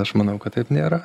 aš manau kad taip nėra